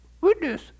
witness